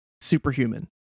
superhuman